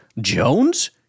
Jones